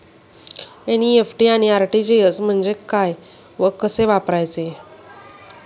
NEFT आणि RTGS म्हणजे काय व कसे वापरायचे?